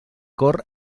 cor